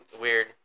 weird